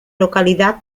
localidad